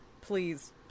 please